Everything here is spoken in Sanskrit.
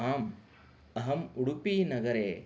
आम् अहम् उडूपीनगरे